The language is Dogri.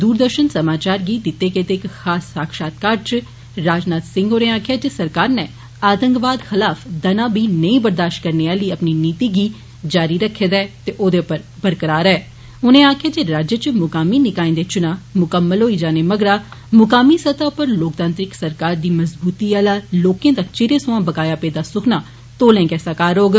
दूरदर्शन समाचार गी दिते गेदे इक खास साक्षात्कार च राजनाथ सिंह होरें आक्खेआ जे सरकार नै आतंकवाद खिलाफ दना बी नेई बरदाशत करने आली अपनी नीति गी जारी रक्खे दा ऐ ते औद उप्पर बरकार ऐ उनें आक्खेआ जे राज्य च मुकामी निकाएं दे चुनां मुकम्मल होई जाने मगरा मुकामी स्तह उप्पर लोकतांत्रिक सरकार दी मज़बूती आला लोकें दा चिरें सोयां बकाया पेदा सुखना तौले गै साकार होग